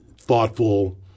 thoughtful